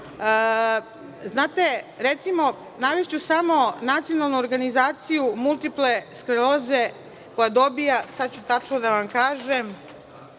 Znate, recimo, navešću samo nacionalnu organizaciju multiple skleroze koja dobija, sada ću tačno da vam kažem,